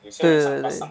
mm